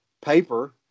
paper